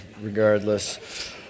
regardless